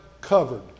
covered